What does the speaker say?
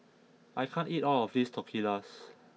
I can't eat all of this Tortillas